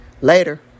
Later